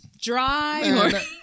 dry